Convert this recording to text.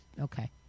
Okay